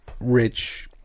rich